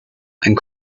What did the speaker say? and